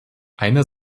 einer